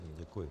Děkuji.